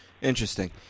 Interesting